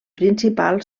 principal